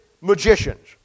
magicians